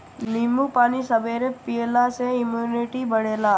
नींबू पानी सबेरे पियला से इमुनिटी बढ़ेला